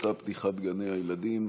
שכותרתה פתיחת גני הילדים.